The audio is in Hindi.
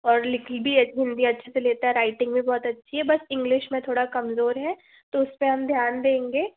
और लिख भी हिंदी अच्छे से लेता है राइटिंग भी बहुत अच्छी है बस इंग्लिश में थोड़ा कमज़ोर है तो उस पे हम ध्यान देंगे